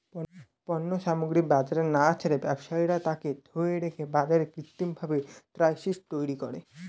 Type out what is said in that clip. পণ্য সামগ্রী বাজারে না ছেড়ে ব্যবসায়ীরা তাকে ধরে রেখে বাজারে কৃত্রিমভাবে ক্রাইসিস তৈরী করে